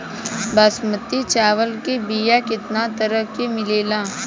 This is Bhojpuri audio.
बासमती चावल के बीया केतना तरह के मिलेला?